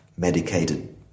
medicated